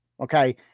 Okay